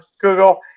Google